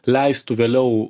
leistų vėliau